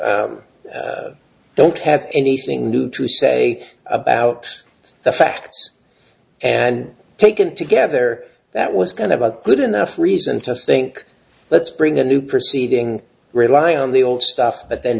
don't have anything new to say about the facts and taken together that was kind of a good enough reason to think let's bring a new proceeding relying on the old stuff but then